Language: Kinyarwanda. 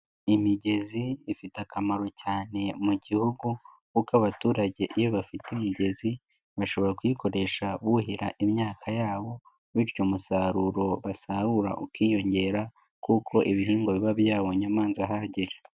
Imigezi ifite akamaro cyane mu gihugu kuko abaturage iyo bafite imigezi, bashobora kuyikoresha buhira imyaka yabo bityo umusaruro basarura ukiyongera kuko ibihingwa biba byabonye amazi ahagije.